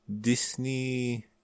disney